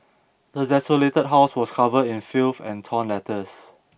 the desolated house was covered in filth and torn letters